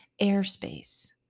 airspace